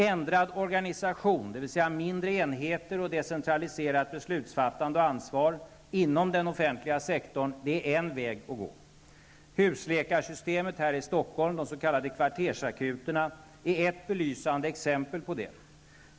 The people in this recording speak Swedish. Ändrad organisation, dvs. mindre enheter, decentraliserat beslutsfattande och ansvar inom den offentliga sektorn, är en väg att gå. Husläkarsystemet här i Stockholm, de s.k. kvartersakuterna, är ett belysande exempel på det.